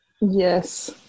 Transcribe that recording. yes